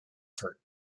effort